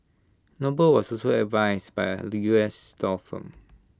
noble was also advised by A U S law firm